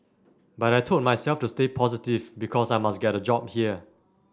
but I told myself to stay positive because I must get a job here